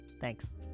Thanks